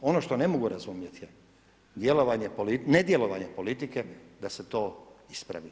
Ono što ne mogu razumjeti je nedjelovanje politike da se to ispravi.